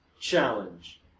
challenge